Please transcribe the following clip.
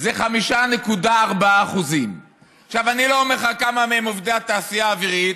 זה 5.4%. אני לא אומר לך כמה מהם עובדי התעשייה האווירית,